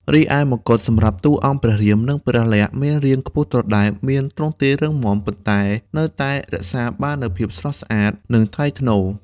រីឯមកុដសម្រាប់តួអង្គព្រះរាម និងព្រះលក្ខណ៍មានរាងខ្ពស់ត្រដែត មានទ្រង់ទ្រាយរឹងមាំ ប៉ុន្តែនៅតែរក្សាបាននូវភាពស្រស់ស្អាត និងថ្លៃថ្នូរ។